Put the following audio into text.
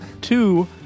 Two